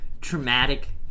traumatic